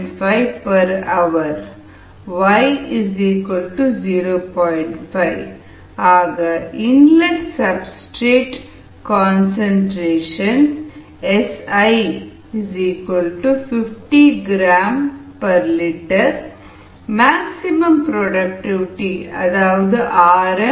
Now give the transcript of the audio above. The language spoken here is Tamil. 5 ஆக inlet substrate concentration Si 50 gl maximum productivity 12